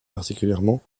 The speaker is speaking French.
particulièrement